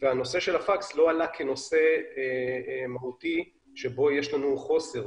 והנושא של הפקס לא עלה כנושא מהותי שבו יש לנו חוסר.